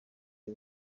y’u